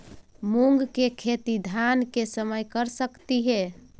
मुंग के खेती धान के समय कर सकती हे?